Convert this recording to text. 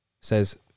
says